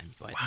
Wow